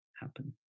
happen